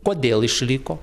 kodėl išliko